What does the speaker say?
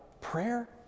prayer